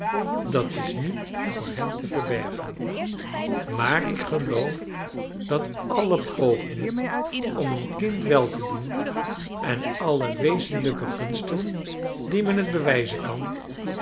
dat is niet voor hen te verbergen maar ik geloof dat alle pogingen om een kind wel te doen en alle wezenlijke gunsten die men het bewijzen kan